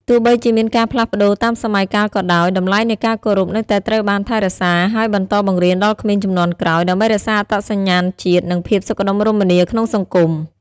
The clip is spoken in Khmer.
ទោះបីជាមានការផ្លាស់ប្ដូរតាមសម័យកាលក៏ដោយ តម្លៃនៃការគោរពនៅតែត្រូវបានថែរក្សា ហើយបន្តបង្រៀនដល់ក្មេងជំនាន់ក្រោយ ដើម្បីរក្សាអត្តសញ្ញាណជាតិ និងភាពសុខដុមរមនាក្នុងសង្គម។